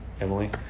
Emily